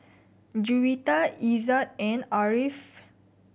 Juwita Izzat and Ariff